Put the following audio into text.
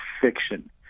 fiction